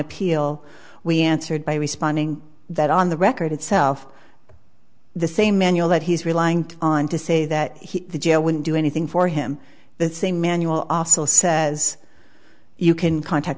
appeal we answered by responding that on the record itself the same manual that he's relying on to say that he jail wouldn't do anything for him the same manual also says you can contact